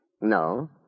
No